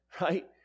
right